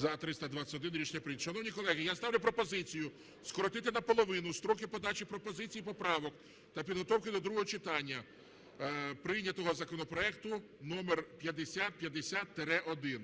За-321 Рішення прийнято. Шановні колеги, я ставлю пропозицію скоротити наполовину строки подачі пропозицій і поправок та підготовки до другого читання прийнятого законопроекту номер 5050-1.